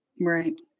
Right